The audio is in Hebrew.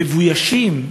מבוישים,